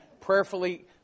Prayerfully